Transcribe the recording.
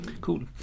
Cool